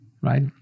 right